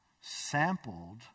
sampled